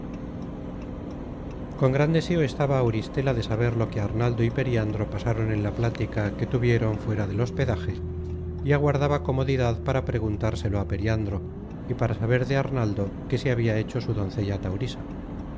con gran deseo estaba auristela de saber lo que arnaldo y periandro pasaron en la plática que tuvieron fuera del hospedaje y aguardaba comodidad para preguntárselo á periandro y para saber de arnaldo qué se habia hecho su doncella taurisa